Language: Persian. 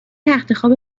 تختخواب